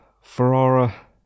Ferrara